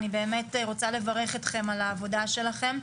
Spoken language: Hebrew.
אני באמת רוצה לברך אתכם על העבודה שלכם.